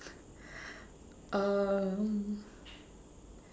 um